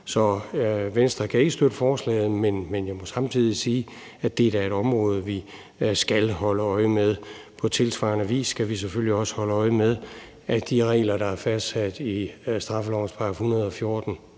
Så Venstre kan ikke støtte forslaget. Men jeg må samtidig sige, at det da er et område, vi skal holde øje med. På tilsvarende vis skal vi selvfølgelig også holde øje med, at de regler, der er fastsat i straffelovens § 114